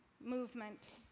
movement